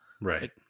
Right